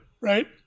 Right